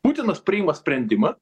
putinas priima sprendimą